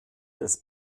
des